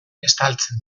estaltzen